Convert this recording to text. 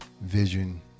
Vision